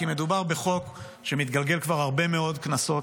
כי מדובר בחוק שמתגלגל כבר הרבה מאוד כנסות